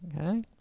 Okay